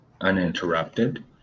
uninterrupted